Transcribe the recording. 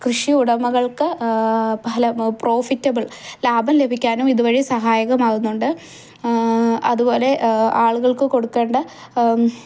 കൃഷിയുടമകൾക്ക് ഫലം പ്രോഫിറ്റബിൾ ലാഭം ലഭിക്കാനും ഇത് വഴി സഹായമാകുന്നുണ്ട് അതുപോലെ ആളുകൾക്ക് കൊടുക്കേണ്ട